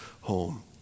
home